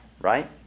right